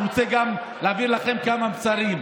הוא רוצה להעביר לכם כמה מסרים.